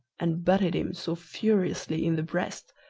and butted him so furiously in the breast,